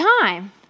time